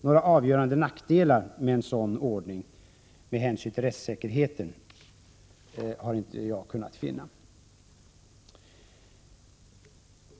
Några avgörande nackdelar med en sådan ordning med hänsyn till rättssäkerheten har jag inte kunnat finna.